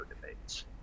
debates